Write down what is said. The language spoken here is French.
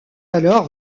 alors